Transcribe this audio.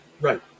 Right